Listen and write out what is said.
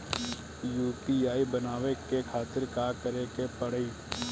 UPI बनावे के खातिर का करे के पड़ी?